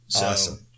Awesome